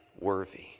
worthy